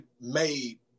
made